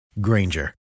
Granger